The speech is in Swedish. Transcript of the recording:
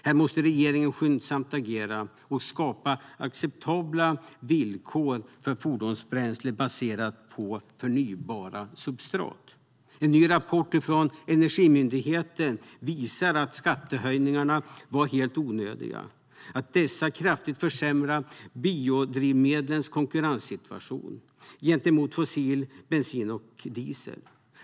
Här måste regeringen skyndsamt agera och skapa acceptabla villkor för fordonsbränslen baserade på förnybara substrat. En ny rapport från Energimyndigheten visar att skattehöjningarna var helt onödiga och att dessa kraftigt försämrat biodrivmedlens konkurrenskraft gentemot fossil bensin och diesel.